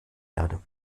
erde